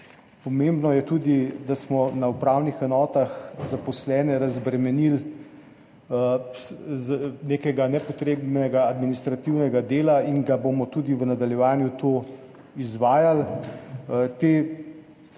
Pomembno je tudi, da smo na upravnih enotah zaposlene razbremenili nepotrebnega administrativnega dela in bomo tudi v nadaljevanju to izvajali.